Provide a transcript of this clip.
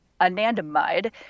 anandamide